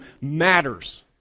matters